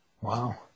Wow